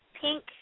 pink